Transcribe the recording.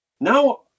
Now